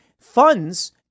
funds